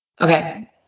Okay